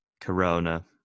Corona